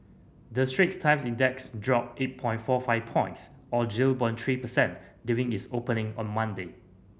the Straits Times Index dropped eight point four five points or zero point three percent during its opening on Monday